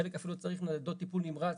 חלק אפילו צריך ניידות טיפול נמרץ,